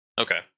Okay